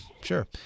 sure